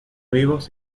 vivos